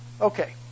Okay